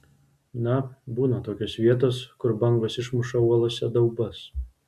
na būna tokios vietos kur bangos išmuša uolose daubas